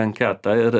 anketą ir